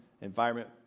environment